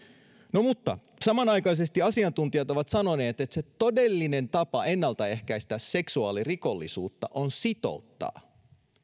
mutta samanaikaisesti asiantuntijat ovat sanoneet että se todellinen tapa ennaltaehkäistä seksuaalirikollisuutta on sitouttaa